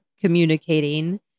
communicating